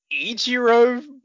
Ichiro